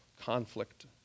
conflict